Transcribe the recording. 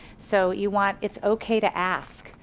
so you want, it's okay to ask,